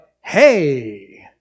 hey